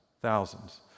thousands